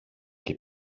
και